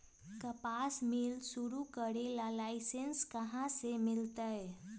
कपास मिल शुरू करे ला लाइसेन्स कहाँ से मिल तय